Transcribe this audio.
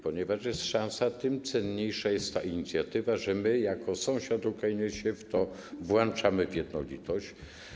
Ponieważ jest szansa, tym cenniejsza jest ta inicjatywa, że my jako sąsiad Ukrainy się w to włączamy, w jednolitość.